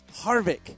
Harvick